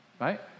right